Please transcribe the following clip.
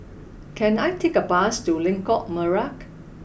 can I take a bus to Lengkok Merak